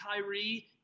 Kyrie